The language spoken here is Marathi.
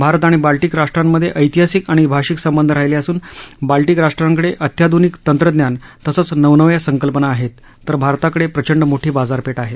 भारत आणि बाल्यीक राष्ट्रांमध्ये ऐतिहासिक आणि भाषिक संबंध राहीले असून बाल्यीक राष्ट्रांकडे अत्याध्निक तंत्रज्ञान तसंच नवनव्या संकल्पना आहेत तर भारताकडे प्रचंड मोठी बाजारपेठ आहे